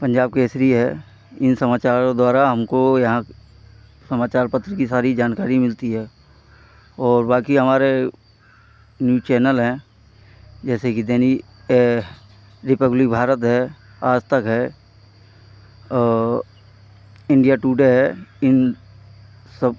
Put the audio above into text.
पंजाब केसरी है इन समाचारों द्वारा हमको यहाँ समाचार पत्र की सारी जानकारी मिलती है और बाकी हमारे न्यूज़ चैनल हैं जैसे कि दैनिक रिपब्लिक भारत है आज़ तक है और इंडिया टुडे है इन सब